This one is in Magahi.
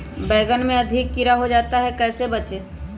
बैंगन में अधिक कीड़ा हो जाता हैं इससे कैसे बचे?